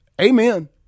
Amen